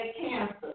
cancer